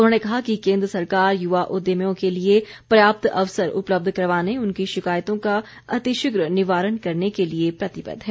उन्होंने कहा कि केंद्र सरकार युवा उद्यमियों के लिए पर्याप्त अवसर उपलब्ध करवाने उनकी शिकायतों का अतिशीघ्र निवारण करने के लिए प्रतिबद्व है